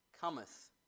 cometh